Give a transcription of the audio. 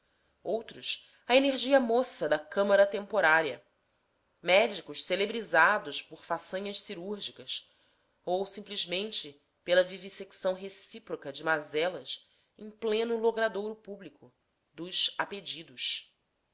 outros a energia moça da câmara temporária médicos celebrizados por façanhas cirúrgicas ou simplesmente pela vivissecção recíproca de mazelas em pleno logradouro público dos a pedidos